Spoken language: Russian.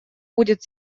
будет